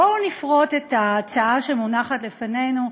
בואו נפרוט את ההצעה שמונחת לפנינו.